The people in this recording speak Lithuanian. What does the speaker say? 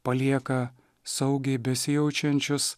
palieka saugiai besijaučiančius